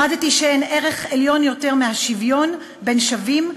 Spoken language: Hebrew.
למדתי שאין ערך עליון יותר מהשוויון בין שווים,